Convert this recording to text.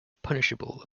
punishable